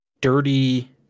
dirty